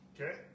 Okay